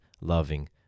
loving